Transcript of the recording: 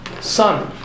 sun